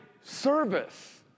service